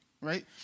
right